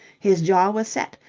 his jaw was set,